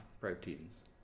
proteins